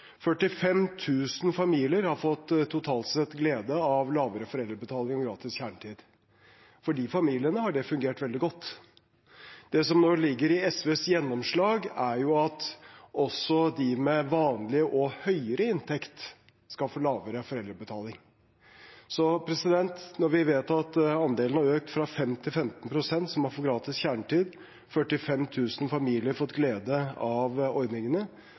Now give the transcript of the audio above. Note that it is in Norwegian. familier har totalt sett fått glede av lavere foreldrebetaling og gratis kjernetid. For de familiene har det fungert veldig godt. Det som nå ligger i SVs gjennomslag, er at også de med vanlige og høyere inntekt skal få lavere foreldrebetaling. Når vi vet at andelen som har fått gratis kjernetid, har økt fra 5 pst. til 15 pst., og at 45 000 familier har fått glede av ordningene,